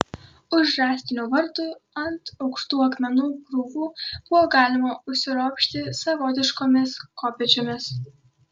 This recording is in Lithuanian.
už rąstinių vartų ant aukštų akmenų krūvų buvo galima užsiropšti savotiškomis kopėčiomis